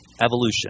evolution